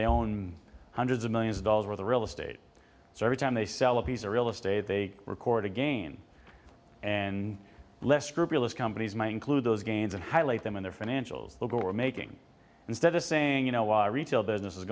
they own hundreds of millions of dollars where the real estate so every time they sell a piece of real estate they record again and less scrupulous companies might include those gains and highlight them in their financials who are making instead of saying you know why retail business